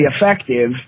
effective